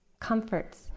comforts